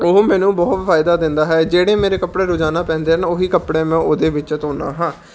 ਉਹ ਮੈਨੂੰ ਬਹੁਤ ਫਾਇਦਾ ਦਿੰਦਾ ਹੈ ਜਿਹੜੇ ਮੇਰੇ ਕੱਪੜੇ ਰੋਜ਼ਾਨਾ ਪੈਂਦੇ ਨੇ ਉਹੀ ਕੱਪੜਿਆਂ ਮੈਂ ਉਹਦੇ ਵਿੱਚ ਧੋਂਦਾ ਹਾਂ